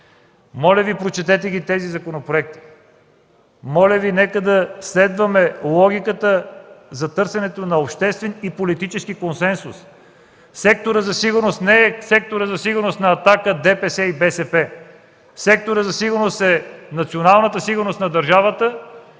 Моля Ви, прочетете ги тези законопроекти. Моля Ви, нека да следваме логиката за търсенето на обществен и политически консенсус. Секторът за сигурност не е секторът за сигурност на „Атака”, ДПС и БСП. Секторът за сигурност е националната сигурност на държавата